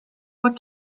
what